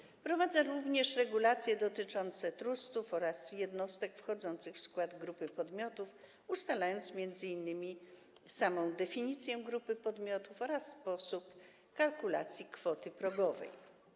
Projekt wprowadza również regulacje dotyczące trustów oraz jednostek wchodzących w skład grupy podmiotów przez ustalenie m.in. definicji grupy podmiotów oraz sposobu kalkulacji kwoty progowej.